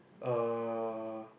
uh